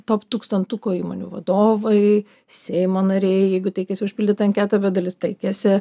top tūkstantuko įmonių vadovai seimo nariai jeigu teikėsi užpildyt anketą bet dalis teikėsi